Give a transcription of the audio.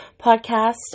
podcast